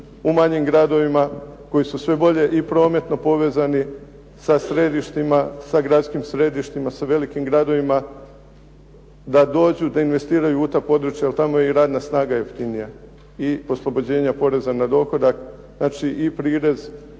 u manjim gradovima koji su sve bolje i prometno povezani sa središtima, sa gradskim središtima, sa velikim gradovima da dođu, da investiraju u ta područja jer tamo je i radna snaga jeftinija i oslobođenja poreza na dohodak, znači i prirez